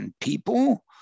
people